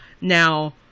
Now